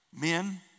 Men